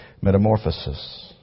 Metamorphosis